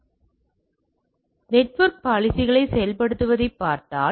எனவே நெட்வொர்க் பாலிசிகளை செயல்படுத்துவதைப் பார்த்தால்